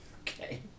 Okay